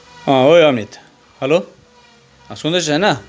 ओए अमित हेलो सुन्दैछस् होइन